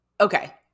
Okay